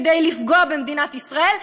כדי לפגוע במדינת ישראל,